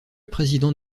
président